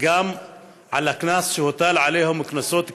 גם עם הקנס שהוטל עליהם, קנסות כבדים,